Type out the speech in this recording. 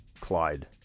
Clyde